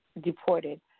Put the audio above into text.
deported